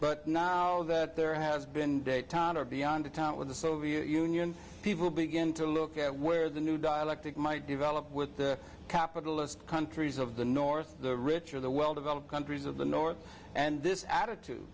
but now that there has been detente or beyond the town with the soviet union people begin to look at where the new dialectic might develop with the capitalist countries of the north the richer the well developed countries of the north and this attitude